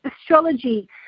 astrology